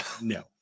No